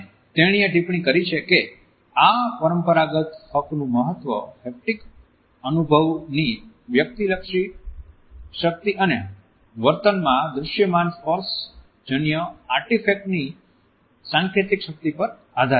અને તેણીએ ટિપ્પણી કરી છે કે આ પરંપરાગત હકનું મહત્વ હેપ્ટીક અનુભવની વ્યક્તિલક્ષી શક્તિ અને વર્તનમાં દૃશ્યમાન સ્પર્શ જન્ય આર્ટિફેક્ટ ની સાંકેતિક શક્તિ પર આધારિત છે